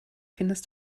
findest